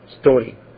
story